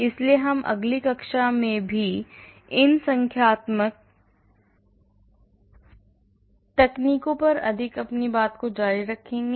इसलिए हम अगली कक्षा में भी इन संख्यात्मक तकनीकों पर अधिक जारी रखेंगे